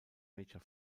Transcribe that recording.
major